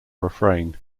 refrain